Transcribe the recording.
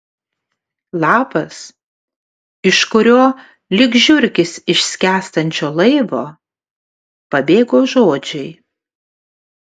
lapas iš kurio lyg žiurkės iš skęstančio laivo pabėgo žodžiai